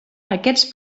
aquests